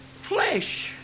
flesh